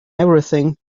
everything